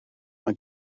mae